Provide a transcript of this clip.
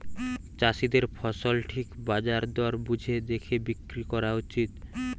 চাষীদের ফসল ঠিক বাজার দর বুঝে দেখে বিক্রি কোরা উচিত